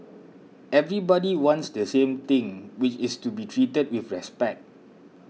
everybody wants the same thing which is to be treated with respect